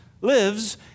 lives